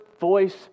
voice